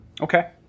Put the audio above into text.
Okay